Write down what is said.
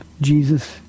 Jesus